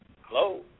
Hello